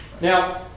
Now